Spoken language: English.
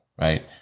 right